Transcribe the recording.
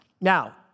Now